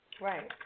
Right